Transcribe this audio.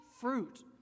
fruit